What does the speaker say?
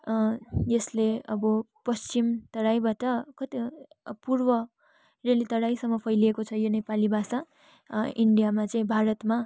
यसले अब पश्चिम तराईबाट कति पूर्व रेली तराईसम्म फौलिएको छ यो नेपाली भाषा इन्डियामा चाहिँ भारतमा